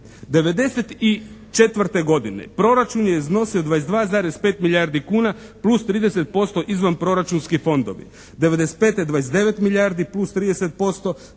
'94. godine proračun je iznosio 22,5 milijardi kuna plus 30% izvan proračunski fondovi.